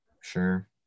Sure